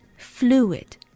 Fluid